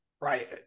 right